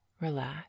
relax